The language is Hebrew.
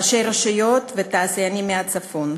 ראשי רשויות ותעשיינים מהצפון.